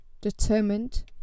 determined